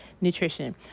Nutrition